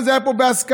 לכן הייתה פה הסכמה,